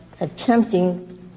attempting